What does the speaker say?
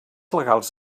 legals